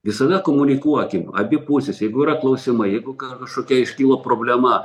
visada komunikuokim abi pusės jeigu yra klausimai jeigu kažkokia iškilo problema